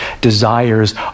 desires